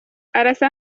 arasa